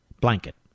blanket